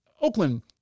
Oakland